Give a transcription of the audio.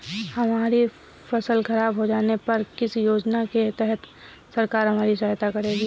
हमारी फसल खराब हो जाने पर किस योजना के तहत सरकार हमारी सहायता करेगी?